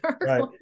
Right